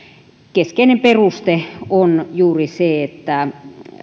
keskeinen peruste on juuri se että